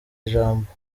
ijambo